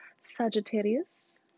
Sagittarius